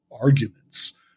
arguments